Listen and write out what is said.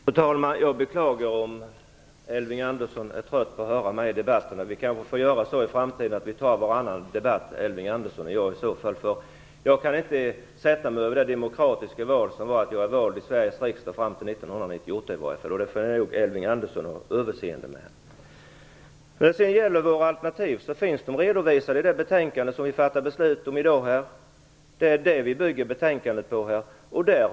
Fru talman! Jag beklagar om Elving Andersson är trött på att höra mig i debatterna. Vi kanske får göra så i framtiden att han och jag tar varannan debatt. Jag kan inte sätta mig över det demokratiska valet, där jag är vald till Sveriges riksdag fram till 1998. Det får Elving Andersson ha överseende med. Våra alternativ är redovisade i det betänkande som vi skall fatta beslut om här i dag. Betänkandet bygger på dem.